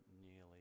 nearly